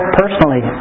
personally